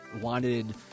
wanted